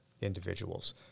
individuals